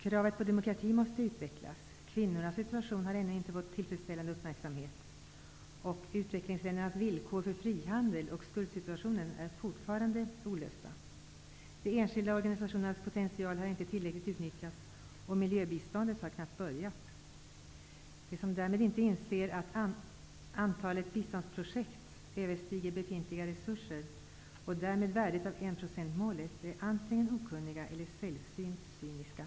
Kravet på demokrati måste utvecklas, kvinnornas situation har ännu inte fått tillfredsställande uppmärksamhet, utvecklingsländernas villkor för frihandel liksom skuldsituationen är fortfarande otillfredsställande, de enskilda organisationernas potential har inte tillräckligt utnyttjats, och miljöbiståndet har knappt börjat. De som därmed inte inser att antalet biståndsprojekt överstiger befintliga resurser och därmed enprocentsmålet är antingen okunniga eller sällsynt cyniska.